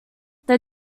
they